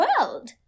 world